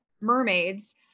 mermaids